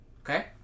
Okay